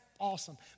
Awesome